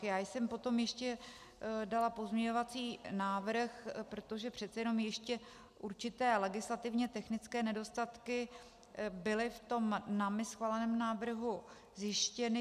Já jsem potom ještě dala pozměňovací návrh, protože přece jenom ještě určité legislativně technické nedostatky byly v tom námi schváleném návrhu zjištěny.